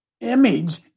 image